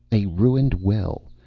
a ruined well.